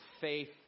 faith